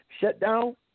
shutdown